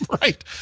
Right